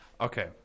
Okay